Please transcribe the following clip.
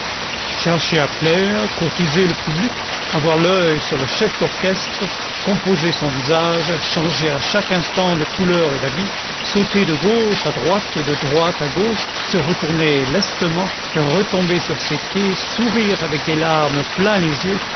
courtiser le public avoir l'œil sur le chef d'orchestre composer son visage changer à chaque instant de couleur et d'habit sauter de gauche à droite et de droite à gauche se re tourner lestement retomber sur ses pieds sourire avec des larmes plein les yeux